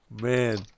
Man